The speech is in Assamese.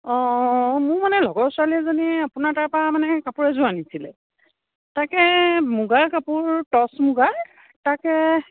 অঁ মোৰ মানে লগৰ ছোৱালী এজনীয়ে আপোনাৰ তাপা মানে কাপোৰ এযোৰ আনিছিলে তাকে মুগাৰ কাপোৰ টছ মুগাৰ তাকে